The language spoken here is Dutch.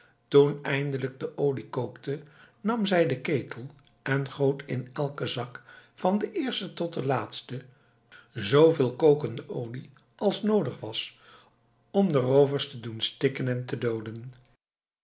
toen eindelijk de olie kookte nam zij den ketel en goot in elken zak van den eersten tot den laatsten zooveel kokende olie als noodig was om de roovers te doen stikken en te dooden